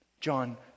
John